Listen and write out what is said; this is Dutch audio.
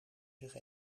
zich